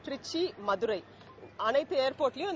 கிருச்சி மதுரை அளைத்து எர்போர்டுவையும்